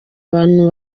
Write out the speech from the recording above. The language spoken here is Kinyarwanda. abantu